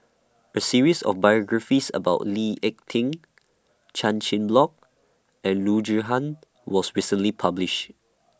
A series of biographies about Lee Ek Tieng Chan Chin Bock and Loo Zihan was recently published